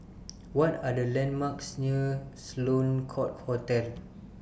What Are The landmarks near Sloane Court Hotel